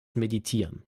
meditieren